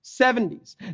70s